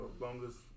longest